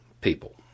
people